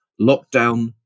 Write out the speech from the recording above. lockdown